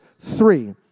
three